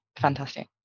fantastic